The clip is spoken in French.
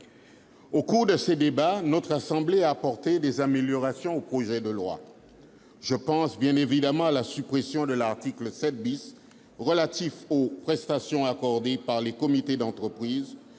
Au cours des débats, notre assemblée a apporté des améliorations au projet de loi. Je pense bien évidemment à la suppression de l'article 7 relatif aux prestations accordées par les comités d'entreprise